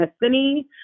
destiny